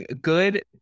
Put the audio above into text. good